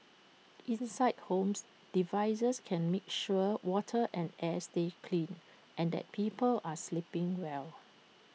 inside homes devices can make sure water and air stay clean and that people are sleeping well